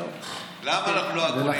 למה אנחנו לא הגונים?